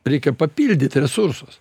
reikia papildyt resursus